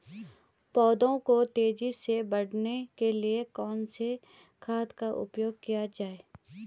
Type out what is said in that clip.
पौधों को तेजी से बढ़ाने के लिए कौन से खाद का उपयोग किया जाए?